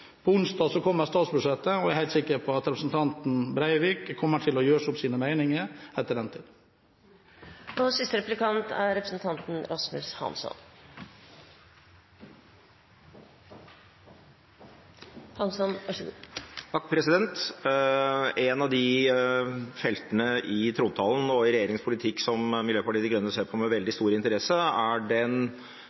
måte. Onsdag legges statsbudsjettet fram. Jeg er helt sikker på at representanten Breivik kommer til å gjøre seg opp en mening etter den tid. Et av de feltene i trontalen og i regjeringens politikk som Miljøpartiet De Grønne ser på med veldig stor interesse, er den